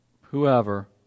whoever